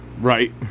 right